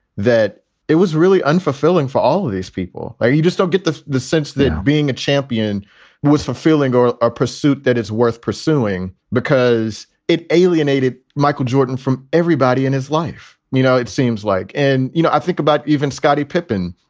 that it was really unfulfilling for all of these people. you just don't get the the sense that being a champion was fulfilling or a pursuit that is worth pursuing because it alienated michael jordan from everybody in his life. you know, it seems like and, you know, i think about even scottie pippen,